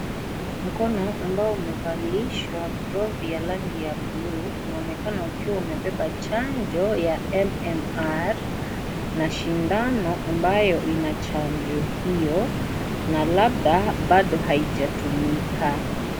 Mkono ambao umevalishwa glove ya rangi ya bluu unaonekana ukiwa umebeba chanjo ya MMR na sindano ambayo ina chanjo hio na labda bado haijatumika.